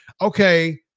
okay